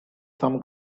some